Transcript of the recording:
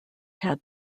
had